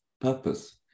purpose